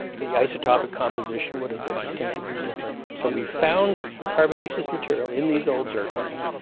the isotopic composition would have been distinctively different. so we found carbonaceous material in these old zircons,